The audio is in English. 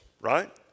Right